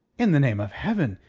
in the name of heaven,